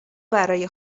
برای